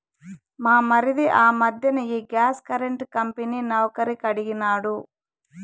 మా మరిది ఆ మధ్దెన ఈ గ్యాస్ కరెంటు కంపెనీ నౌకరీ కడిగినాడు